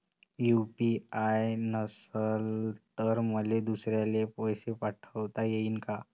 UPI नसल तर मले दुसऱ्याले पैसे पाठोता येईन का?